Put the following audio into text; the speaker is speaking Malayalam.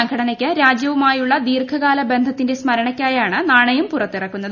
സംഘടനയ്ക്ക് രാജ്യവുമായുള്ള ദീർഘകാല ബന്ധത്തിന്റെ സ്മരണയ്ക്കായായണ് നാണയം പുറത്തിറക്കുന്നത്